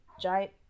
giant